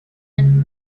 and